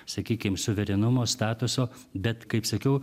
sakykim suverenumo statuso bet kaip sakiau